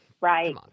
right